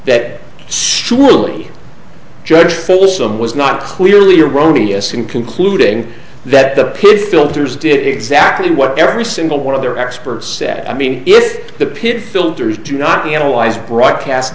that surely judge folsom was not clearly erroneous in concluding that the pid filters did exactly what every single one of their experts said i mean if the pit filters do not be analyzed broadcast